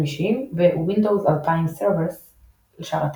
אישיים ו־Windows 2000 server לשרתים.